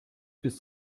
bis